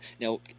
Now